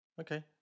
Okay